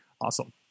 awesome